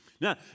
Now